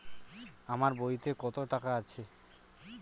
আমার বইতে কত টাকা আছে?